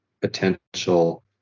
potential